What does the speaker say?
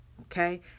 okay